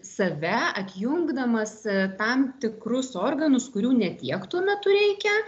save atjungdamas tam tikrus organus kurių ne tiek tuo metu reikia